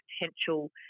potential